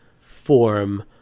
form